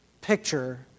picture